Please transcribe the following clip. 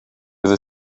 bydd